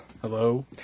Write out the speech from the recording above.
Hello